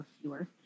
fewer